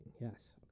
Yes